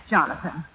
Jonathan